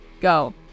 Go